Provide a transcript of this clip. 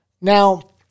Now